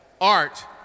Art